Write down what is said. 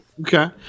Okay